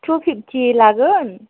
two fifty लागोन